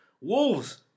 Wolves